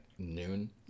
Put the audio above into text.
noon